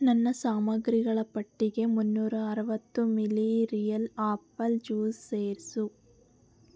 ನನ್ನ ಸಾಮಗ್ರಿಗಳ ಪಟ್ಟಿಗೆ ಮೂನ್ನೂರ ಅರವತ್ತು milli Real apple juice ಸೇರಿಸು